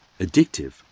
addictive